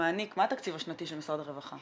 מה התקציב השנתי של משרד הרווחה?